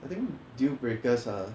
I think deal breakers are